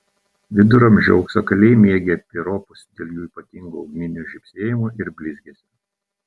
viduramžių auksakaliai mėgę piropus dėl jų ypatingo ugninio žybsėjimo ir blizgesio